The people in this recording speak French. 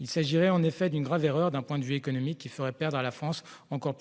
Il s'agirait en effet d'une grave erreur d'un point de vue économique, qui ferait une nouvelle fois perdre à la France